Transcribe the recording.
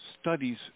studies